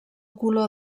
color